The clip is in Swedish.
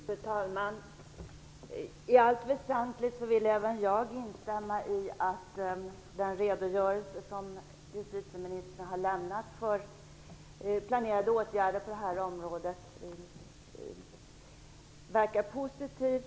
Fru talman! I allt väsentligt vill även jag instämma i att den redogörelse som justitieministern har lämnat för planerade åtgärder på detta område verkar positiv.